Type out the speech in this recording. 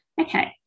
Okay